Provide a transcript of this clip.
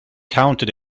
counted